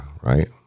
right